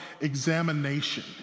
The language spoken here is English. examination